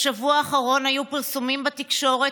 בשבוע האחרון היו פרסומים בתקשורת,